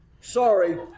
Sorry